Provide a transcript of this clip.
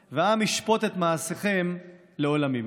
תודה.